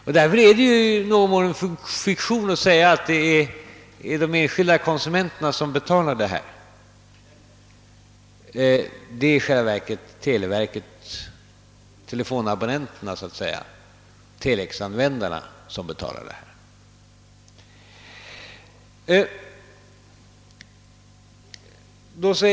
Det är därför i någon mån en fiktion att säga att de enskilda konsumenterna ger dessa bidrag. Det är i själva verket televerket — telefonabonnenterna och telexanvändarna — som betalar bidragen.